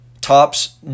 Tops